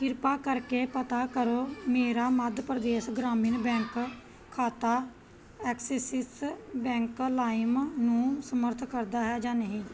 ਕਿਰਪਾ ਕਰਕੇ ਪਤਾ ਕਰੋ ਕਿ ਮੇਰਾ ਮੱਧ ਪ੍ਰਦੇਸ਼ ਗ੍ਰਾਮੀਣ ਬੈਂਕ ਖਾਤਾ ਐਕਸੀਸਿਸ ਬੈਂਕ ਲਾਇਮ ਨੂੰ ਸਮਰੱਥ ਕਰਦਾ ਹੈ ਜਾਂ ਨਹੀਂ